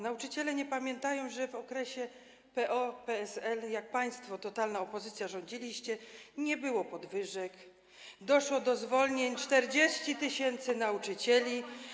Nauczyciele nie pamiętają, że w okresie PO-PSL, jak państwo, totalna opozycja, rządziliście, nie było podwyżek, doszło do zwolnień 40 tys. nauczycieli.